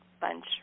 bunch